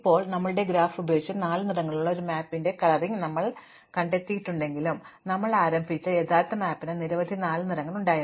ഇപ്പോൾ ഞങ്ങളുടെ ഗ്രാഫ് ഉപയോഗിച്ച് നാല് നിറങ്ങളുള്ള ഈ മാപ്പിന്റെ ഒരു കളറിംഗ് ഞങ്ങൾ കണ്ടെത്തിയിട്ടുണ്ടെങ്കിലും ഞങ്ങൾ ആരംഭിച്ച യഥാർത്ഥ മാപ്പിന് നിരവധി നാല് നിറങ്ങൾ ഉണ്ടായിരുന്നു